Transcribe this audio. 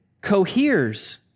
coheres